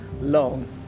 long